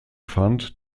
fund